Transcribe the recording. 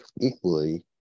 equally